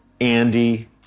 Andy